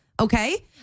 okay